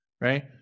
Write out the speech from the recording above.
right